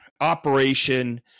operation